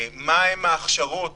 מהם ההכשרות